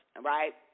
right